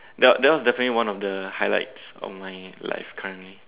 that that was definitely one of the highlights of my life currently